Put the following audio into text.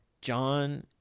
John